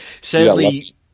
sadly